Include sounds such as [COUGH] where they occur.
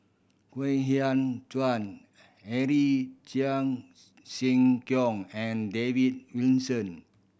Kwek Hian Chuan Henry Cheong [UNINTELLIGIBLE] Siew Kiong and David Wilson